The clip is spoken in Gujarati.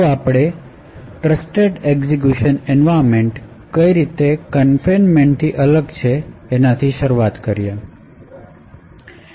તો આપણે ટ્રસ્ટેડ એક્ઝીક્યૂશન એન્વાયરમેન્ટ કઈ રીતે કન્ફીનમેન્ટથી અલગ છે એનાથી શરૂઆત કરીશું